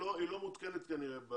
היא לא מעודכנת כנראה.